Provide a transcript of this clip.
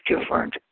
different